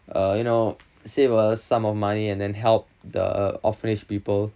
uh you know save a sum of money and then help the orphanage people